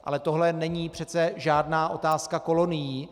Ale tohle není přece žádná otázka kolonií.